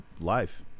life